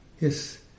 Yes